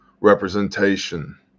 representation